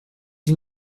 ils